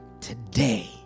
today